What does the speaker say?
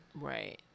right